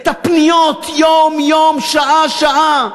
את הפניות יום-יום, שעה-שעה,